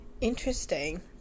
interesting